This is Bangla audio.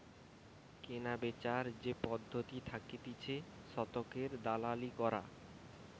কেনাবেচার যে পদ্ধতি থাকতিছে শতকের দালালি করা